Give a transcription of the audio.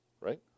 Right